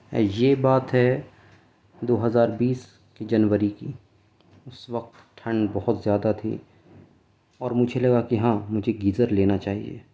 یہ بات ہے دو ہزار بیس جنوری کی اس وقت ٹھنڈ بہت زیادہ تھی اور مجھے لگا کہ ہاں مجھے گیزر لینا چاہیے